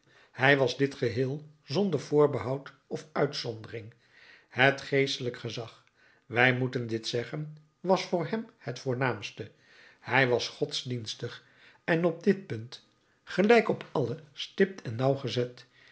hij was dit geheel zonder voorbehoud of uitzondering het geestelijk gezag wij moeten dit zeggen was voor hem het voornaamste hij was godsdienstig en op dit punt gelijk op alle stipt en